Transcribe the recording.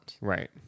Right